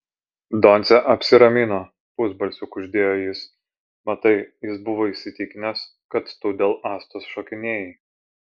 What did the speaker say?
doncė apsiramino pusbalsiu kuždėjo jis matai jis buvo įsitikinęs kad tu dėl astos šokinėjai